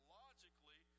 logically